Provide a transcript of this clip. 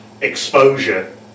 exposure